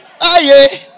Aye